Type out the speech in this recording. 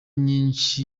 nyinshi